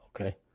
Okay